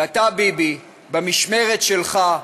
ואתה, ביבי, במשמרת שלך,